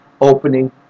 opening